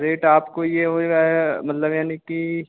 rate आपको ये हो जाएगा मतलब यानी की